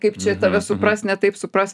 kaip čia tave supras ne taip supras